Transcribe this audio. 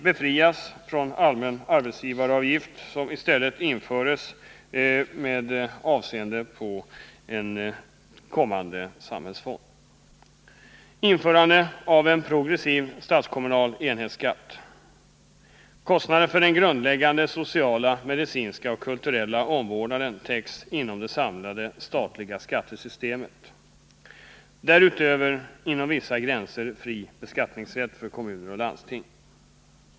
En progressiv statskommunal enhetsskatt genomförs. Kostnaderna för den grundläggande sociala, medicinska och kulturella omvårdnaden täcks inom det samlade statliga skattesystemet. Därutöver inom vissa gränser fri beskattningsrätt för kommuner och landsting.